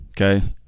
Okay